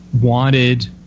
wanted